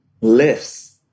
lifts